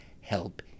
help